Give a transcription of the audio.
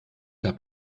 gab